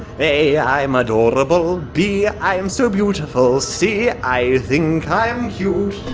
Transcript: a i'm adorable! b i'm so beautiful! c i think i'm cute!